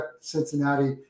Cincinnati